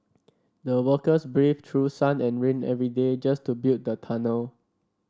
the workers braved through sun and rain every day just to build the tunnel